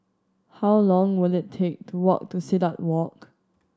how long will it take to walk to Silat Walk